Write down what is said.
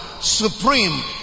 supreme